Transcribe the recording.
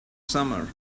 summer